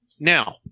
Now